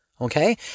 Okay